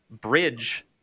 bridge